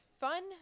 fun